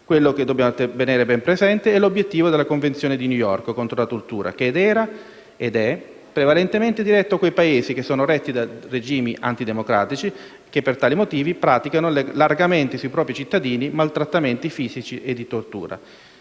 Quello che dobbiamo tenere ben presente è l'obiettivo della Convenzione di New York contro la tortura che era, ed è, prevalentemente diretto a quei Paesi che sono retti da regimi anti-democratici e che, per tale motivi, praticano largamente sui propri cittadini maltrattamenti fisici e di tortura.